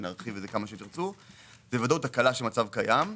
זה הקלה של מצב קיים.